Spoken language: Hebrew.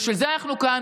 בשביל זה אנחנו כאן.